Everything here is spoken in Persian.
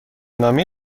نامه